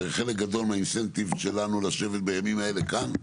הרי חלק גדול מהתמריץ שלנו לשבת בימים אלה כאן,